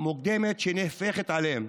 מוקדמת שנכפתה עליהם.